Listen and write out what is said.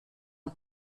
und